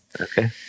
Okay